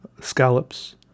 scallops